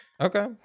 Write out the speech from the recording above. Okay